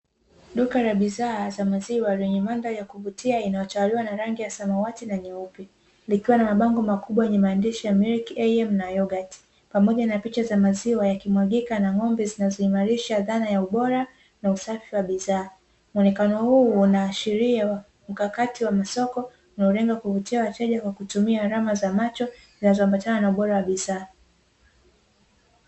Duka la bidhaa za maziwa lenye mandhari ya kuvutia inayo tawaliwa na rangi ya samawati na nyeupe likiwa na mabango makubwa yenye maandishi 'MILK AM NA YOGATI' pamoja na picha za maziwa yakimwagika na ng'ombe zinazoimarisha zana ya ubora na usafi wa bidhaa, Muonekano huu unaashiria mkakati wa masoko unaolenga kuvutia wateja kwa kutumia alama za macho zinazoambatana na ubora wa bidhaa.